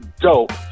dope